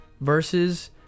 versus